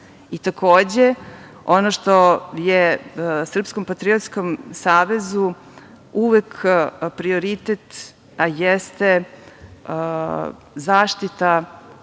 mesta. Takođe, ono što je Srpskom patriotskom savezu uvek prioritet jeste zaštita